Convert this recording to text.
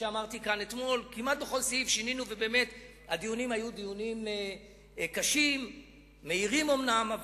ובאמת הדיונים היו קשים מהירים אומנם,